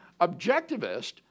objectivist